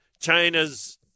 China's